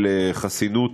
של חסינות